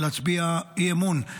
להצביע אי-אמון.